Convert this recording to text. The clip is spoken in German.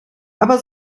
aber